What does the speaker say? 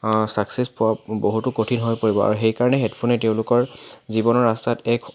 success পোৱা বহুতো কঠিন হৈ পৰিব আৰু সেই কাৰণে হেডফোনে তেওঁলোকৰ জীৱনৰ ৰাস্তাত এক